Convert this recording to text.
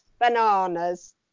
bananas